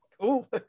Cool